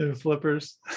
flippers